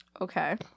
Okay